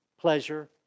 pleasure